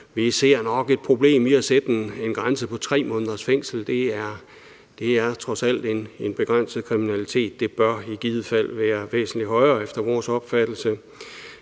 Vi ser nok et problem i at sætte en grænse på 3 måneders fængsel. Det er trods alt en begrænset kriminalitet. Det bør i givet fald være væsentlig højere efter vores opfattelse.